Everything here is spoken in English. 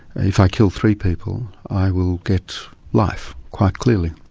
if i kill three people, i will get life, quite clearly.